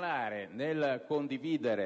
aeree. Allora, nel condividere